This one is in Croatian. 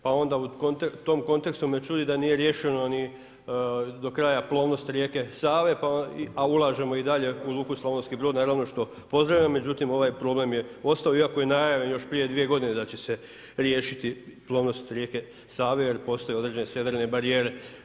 Pa onda u tom kontekstu me čudi da nije riješeno do kraja plovnost rijeke Save, a ulažemo i dalje u Luku Slavonski Brod naravno što pozdravljam, međutim ovaj problem je ostao iako je najavljeno još prije dvije godine da će se riješiti plovnost rijeke Save jer postoje određene sedrene barijere.